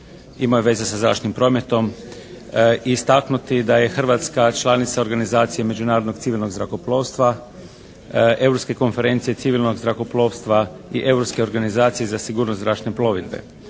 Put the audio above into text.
imaju veze sa zračnim prometom. I istaknuti da je Hrvatska članica organizacije Međunarodnog civilnog zrakoplovstva, Europske konferencije civilnog zrakoplovstva i Europske organizacije za sigurnost zračne plovidbe.